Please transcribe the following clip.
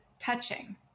touching